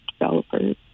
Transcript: developers